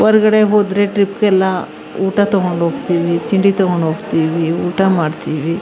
ಹೊರಗಡೆ ಹೋದರೆ ಟ್ರಿಪ್ಗೆಲ್ಲ ಊಟ ತೊಗೊಂಡೋಗ್ತೀವಿ ತಿಂಡಿ ತೊಗೊಂಡೋಗ್ತೀವಿ ಊಟ ಮಾಡ್ತೀವಿ